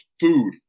food